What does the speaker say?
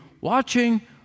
watching